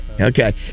Okay